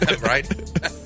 Right